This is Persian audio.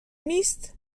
نیست